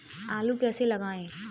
आलू कैसे लगाएँ?